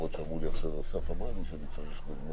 אמרתי שצריך לתת מענה